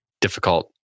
difficult